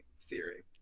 theory